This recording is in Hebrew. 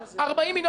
40 מיליון שקל.